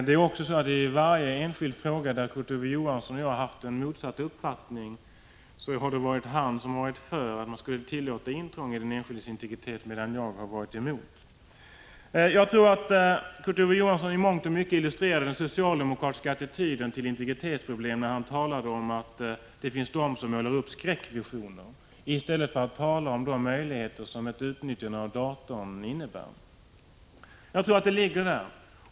Det förhåller sig även så att i varje enskild fråga, där Kurt Ove Johansson och jag haft motsatta uppfattningar, så har han varit för att man skulle tillåta intrång i den enskildes integritet, medan jag har varit emot detta. Jag tror att Kurt Ove Johansson i mångt och mycket illustrerade den socialdemokratiska attityden till integritetsproblemen när han talade om att det finns de som målar upp skräckvisioner. I stället borde han tala om de möjligheter som ett utnyttjande av datorn innebär. Jag tror att problemet ligger där.